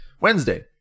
Wednesday